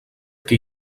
que